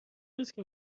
روزکه